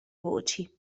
voci